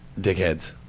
dickheads